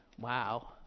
wow